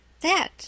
That